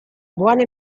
buone